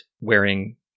wearing